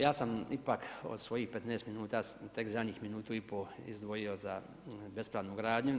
Ja sam ipak od svojih 15 minuta tek zadnjih minutu i pol izdvojio za bespravnu gradnju.